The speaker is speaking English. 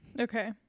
Okay